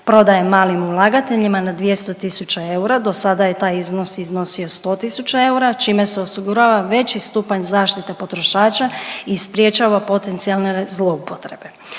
prodaje malim ulagateljima na 200 tisuća eura. Do sada je taj iznos iznosio 100 tisuća eura, čime se osigurava veći stupanj zaštite potrošača i sprječava potencijalne zloupotrebe.